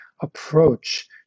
approach